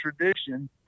tradition